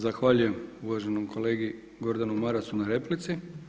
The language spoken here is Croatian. Zahvaljujem uvaženom kolegi Gordanu Marasu na replici.